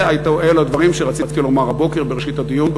אלה הדברים שרציתי לומר הבוקר בראשית הדיון.